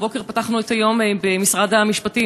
הבוקר פתחנו את היום במשרד המשפטים,